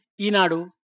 Inadu